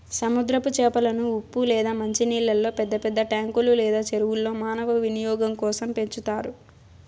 సముద్రపు చేపలను ఉప్పు లేదా మంచి నీళ్ళల్లో పెద్ద పెద్ద ట్యాంకులు లేదా చెరువుల్లో మానవ వినియోగం కోసం పెంచుతారు